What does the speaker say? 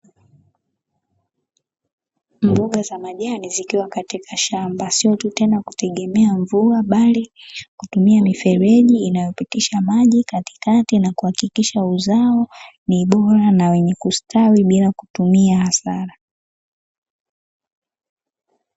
Mboga za majani zikiwa katika shamba, sio tu tena kutegemea mvua, kidogo joto kali bali kutumia mifereji inayopitisha maji katikati na kuhakikisha uzao ni bora na wenye kustawi bila kutumia hasara.